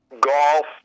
golf